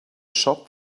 shop